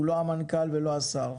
הוא לא המנכ"ל ולא השר,